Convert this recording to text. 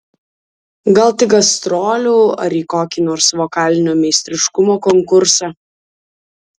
gal tik gastrolių ar į kokį nors vokalinio meistriškumo konkursą